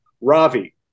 Ravi